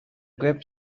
group